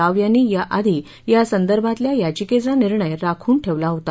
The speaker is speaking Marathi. राव यांनी या आधी या संदर्भातल्या याचिकेचा निर्णय राखून ठेवला होता